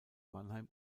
mannheim